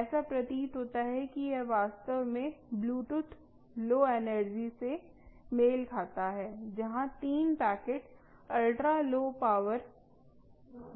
ऐसा प्रतीत होता है कि यह वास्तव में ब्लूटूथ लौ एनर्जी से मेल खाता है जहां तीन पैकेट अल्ट्रा लो पावर